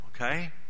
Okay